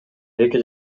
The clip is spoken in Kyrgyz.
эки